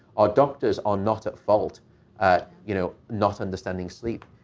our doctors are not at fault at, you know, not understanding sleep.